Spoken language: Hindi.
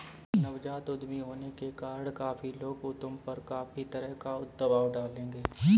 नवजात उद्यमी होने के कारण काफी लोग तुम पर काफी तरह का दबाव डालेंगे